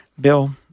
Bill